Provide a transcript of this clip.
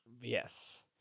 Yes